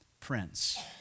Prince